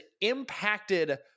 impacted